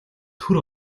түр